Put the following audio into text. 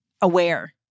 aware